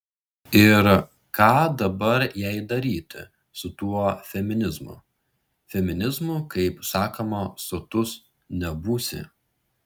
ir ką dabar jai daryti su tuo feminizmu feminizmu kaip sakoma sotus nebūsi